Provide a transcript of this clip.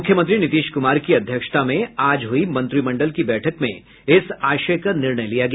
मुख्यमंत्री नीतीश कुमार की अध्यक्षता में आज हुई मंत्रिमंडल की बैठक में इस आशय का निर्णय लिया गया